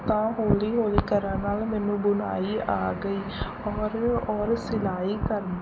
ਤਾਂ ਹੌਲੀ ਹੌਲੀ ਕਰਨ ਨਾਲ ਮੈਨੂੰ ਬੁਣਾਈ ਆ ਗਈ ਔਰ ਔਰ ਸਿਲਾਈ ਕਰ